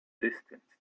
distance